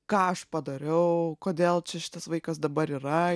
ką aš padariau kodėl čia šitas vaikas dabar yra